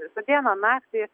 šiandien visą dieną naktį